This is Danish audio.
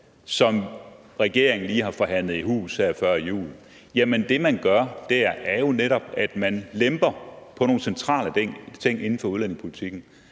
som regeringen lige har forhandlet i hus her før jul, er det, man gør dér, jo netop, at man lemper på nogle centrale ting inden for udlændingepolitikken.